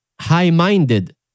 high-minded